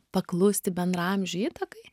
paklusti bendraamžių įtakai